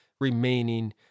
remaining